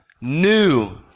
new